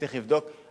צריך לבדוק,